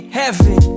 heaven